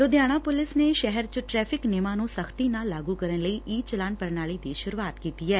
Ludhiana police ਨੇ ਸ਼ਹਿਰ ਚ ਟ੍ਰੈਫਿਕ ਨਿਯਮਾ ਨੂੰ ਸਖ਼ਤੀ ਨਾਲ ਲਾਗੁ ਕਰਨ ਲਈ ਈ ਚਲਾਨ ਪ੍ਰਣਾਲੀ ਦੀ ਸੁਰੁਆਤ ਕੀਤੀ ਐ